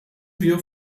wir